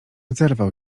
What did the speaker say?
zerwał